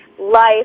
life